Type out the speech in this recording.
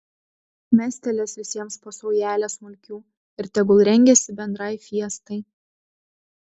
mestelės visiems po saujelę smulkių ir tegul rengiasi bendrai fiestai